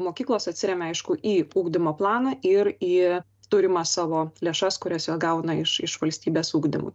mokyklos atsiremia aišku į ugdymo planą ir į turimas savo lėšas kurias jos gauna iš iš valstybės ugdymui